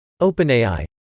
OpenAI